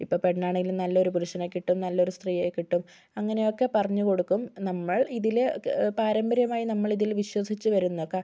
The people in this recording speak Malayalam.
ഇപ്പം പെണ്ണാണെങ്കിലും നല്ലൊരു പുരുഷനെ കിട്ടും നല്ലൊരു സ്ത്രീയെ കിട്ടും അങ്ങനെ ഒക്കെ പറഞ്ഞു കൊടുക്കും നമ്മൾ ഇതിലെ പാരമ്പര്യമായി നമ്മളിതിൽ വിശ്വസിച്ച് വരുന്നതൊക്കെ